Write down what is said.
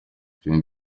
king